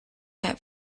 had